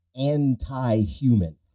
anti-human